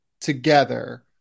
together